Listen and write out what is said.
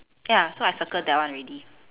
ya so I circle that one already